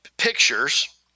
pictures